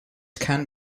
can